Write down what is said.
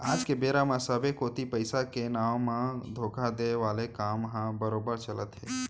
आज के बेरा म सबे कोती पइसा के नांव म धोखा देय वाले काम ह बरोबर चलत हे